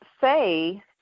say